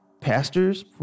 pastors